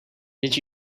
did